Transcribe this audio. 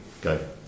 Go